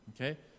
okay